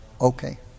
Okay